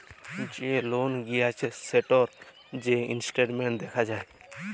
যে লল লিঁয়েছে সেটর যে ইসট্যাটমেল্ট দ্যাখা যায়